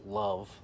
love